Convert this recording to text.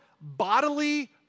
bodily